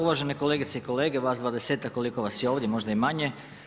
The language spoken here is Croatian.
Uvažene kolegice i kolege, vas dvadesetak koliko vas je ovdje možda i manje.